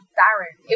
barren